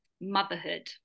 motherhood